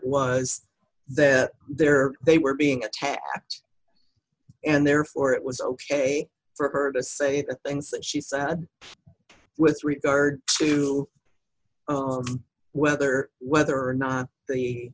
was that there they were being attacked and therefore it was ok for her to say things that she said with regard to whether whether or not he